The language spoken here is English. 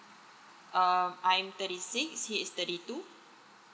um I'm thirty six he is thirty two